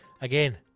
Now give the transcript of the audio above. again